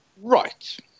Right